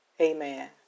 Amen